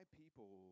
people